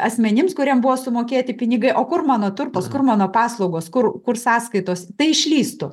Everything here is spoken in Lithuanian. asmenims kuriem buvo sumokėti pinigai o kur mano turtas kur mano paslaugos kur kur sąskaitos tai išlįstų